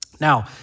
Now